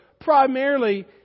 primarily